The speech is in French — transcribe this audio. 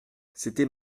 c’était